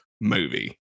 movie